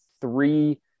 three